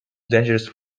dangerous